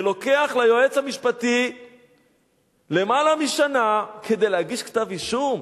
ולוקח ליועץ המשפטי למעלה משנה כדי להגיש כתב-אישום?